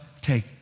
take